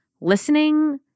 listening